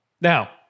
Now